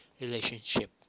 relationship